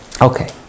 Okay